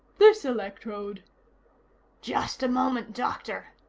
this electrode just a moment, doctor,